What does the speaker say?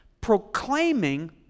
proclaiming